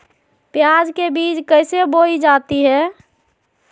प्याज के बीज कैसे बोई जाती हैं?